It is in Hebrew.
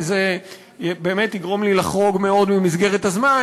כי זה באמת יגרום לי לחרוג מאוד ממסגרת הזמן,